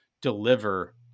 deliver